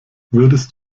würdest